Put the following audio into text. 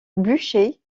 blücher